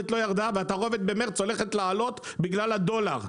התערובת במרץ הולכת לעלות בגלל הדולר.